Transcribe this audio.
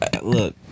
Look